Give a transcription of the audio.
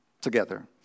together